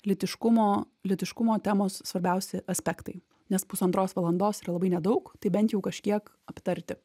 lytiškumo lytiškumo temos svarbiausi aspektai nes pusantros valandos yra labai nedaug tai bent jau kažkiek aptarti